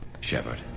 Shepard